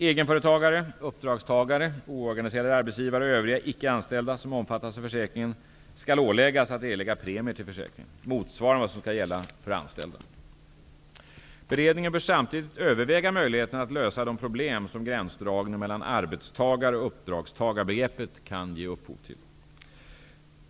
Egenföretagare, uppdragstagare, oorganiserade arbetsgivare och övriga icke anställda som omfattas av försäkringen skall åläggas att erlägga premier till försäkringen motsvarande vad som skall gälla för anställda. Beredningen bör samtidigt överväga möjligheterna att lösa de problem som gränsdragningen mellan arbetstagar och uppdragstagarbegreppen kan ge upphov till.